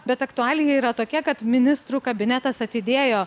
bet aktualija yra tokia kad ministrų kabinetas atidėjo